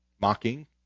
Mocking